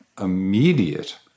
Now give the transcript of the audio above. immediate